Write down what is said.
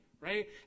right